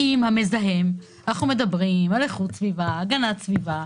אנחנו מדברים על איכות סביבה, הגנת סביבה.